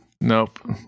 Nope